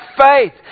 faith